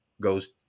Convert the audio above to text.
goes